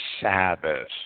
Sabbath